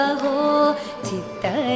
Chitta